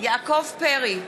יעקב פרי,